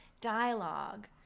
dialogue